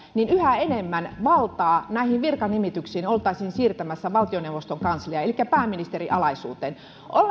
yhä enemmän valtaa näihin virkanimityksiin oltaisiin siirtämässä valtioneuvoston kansliaan elikkä pääministerin alaisuuteen